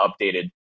updated